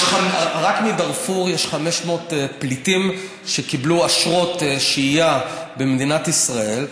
רק מדארפור יש 500 פליטים שקיבלו אשרות שהייה במדינת ישראל.